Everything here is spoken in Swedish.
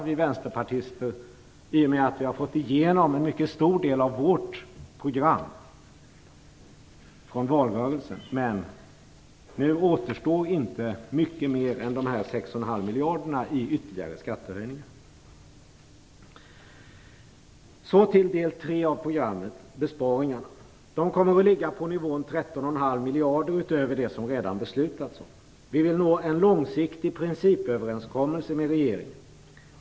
Vi vänsterpartister är stolta över att vi har fått igenom en mycket stor del av vårt program från valrörelsen. Nu återstår inte mycket mer än de 6,5 miljarderna i ytterligare skattehöjningar. Jag går nu över till del tre av programmet, som gäller besparingarna. De kommer att ligga på nivån 13,5 miljarder utöver det som redan beslutats om. Vi vill nå en långsiktig principöverenskommelse med regeringen.